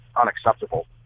unacceptable